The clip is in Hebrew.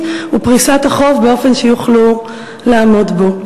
ולפריסת החוב באופן שהן יוכלו לעמוד בו.